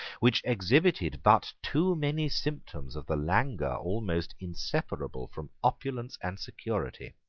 which exhibited but too many symptoms of the languor almost inseparable from opulence and security.